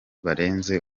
barenze